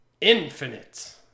infinite